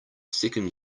second